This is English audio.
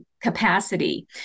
capacity